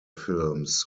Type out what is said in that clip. films